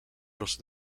los